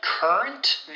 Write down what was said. Current